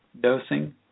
dosing